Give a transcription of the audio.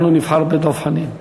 אנחנו נבחר בדב חנין,